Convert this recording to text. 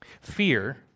fear